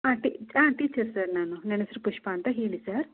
ಹಾಂ ಟಿ ಹಾಂ ಟೀಚರ್ ಸರ್ ನಾನು ನನ್ನ ಹೆಸ್ರು ಪುಷ್ಪ ಅಂತ ಹೇಳಿ ಸರ್